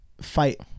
fight